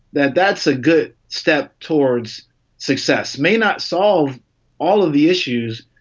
that that's a good step towards success may not solve all of the issues.